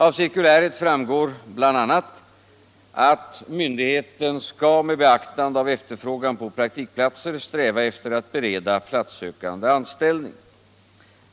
Av cirkuläret framgår bl.a. att ”myndigheten skall med beaktande av efterfrågan på praktikplatser sträva efter att bereda platssökande anställning.